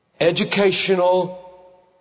educational